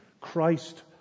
Christ